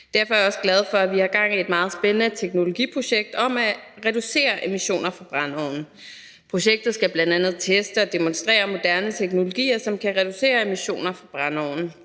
Derfor er jeg også glad for, at vi har gang i et meget spændende teknologiprojekt om at reducere emissioner fra brændeovne. Projektet skal bl.a. teste og demonstrere moderne teknologier, som kan reducere emissioner fra brændeovne.